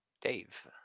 Dave